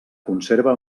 conserva